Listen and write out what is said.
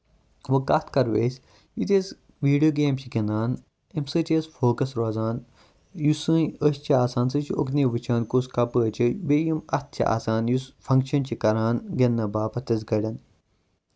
گوٚو کَتھ کرو أسۍ یِتھُے أسۍ ویٖڈیو گیم چھِ گِندان اَمہِ سۭتۍ چھِ أسۍ فوکَس روزان یُس سٲنۍ أچھ چھےٚ آسان سۄ چھےٚ اُکنُے وٕچھان کُس کَپٲرۍ چھُ بیٚیہِ یِم اَتھ چھِ آسان یُس فَنگشن چھ کران گِندنہٕ باپَتھ اَسہِ گڑین